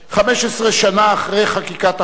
15 שנה אחרי חקיקת החוק,